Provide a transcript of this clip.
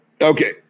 Okay